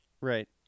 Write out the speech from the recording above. Right